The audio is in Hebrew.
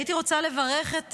הייתי רוצה לברך את